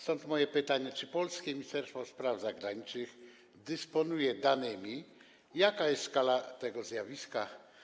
Stąd moje pytanie: Czy polskie Ministerstwo Spraw Zagranicznych dysponuje danymi, jaka jest skala tego zjawiska?